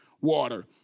water